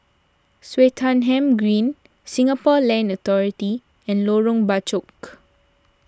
Swettenham Green Singapore Land Authority and Lorong Bachok